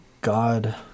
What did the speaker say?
God